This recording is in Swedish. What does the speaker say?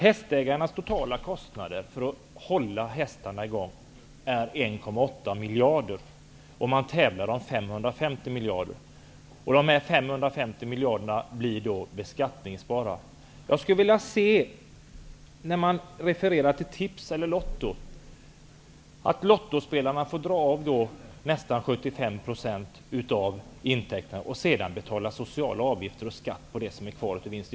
Hästägarnas totala kostnader för att hålla hästarna i gång är 1,8 miljarder, och man tävlar om 550 miljoner. Dessa 550 miljoner blir då beskattningsbara. För att referera till tips eller Lotto, vill jag exemplifiera med lottospelare som får göra avdrag med nästan 75 % av intäkterna, och de får sedan betala sociala avgifter och skatt på det som blir kvar av vinsten.